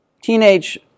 teenage